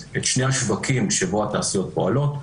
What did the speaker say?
את שני השווקים שבהם התעשיות פועלות,